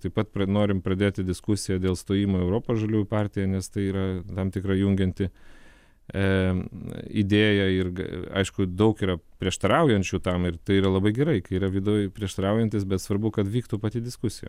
taip pat norim pradėti diskusiją dėl stojimo į europos žaliųjų partiją nes tai yra tam tikra jungianti e idėja irgi aišku daug yra prieštaraujančių tam ir tai yra labai gerai kai yra viduj prieštaraujantys bet svarbu kad vyktų pati diskusija